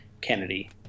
Kennedy